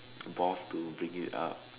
balls to bring it up